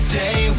day